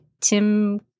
Tim